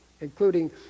including